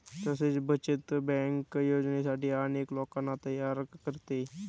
तसेच बचत बँक योजनांसाठी अनेक लोकांना तयार करते